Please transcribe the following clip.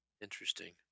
Interesting